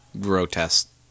Grotesque